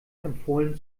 empfohlen